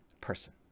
person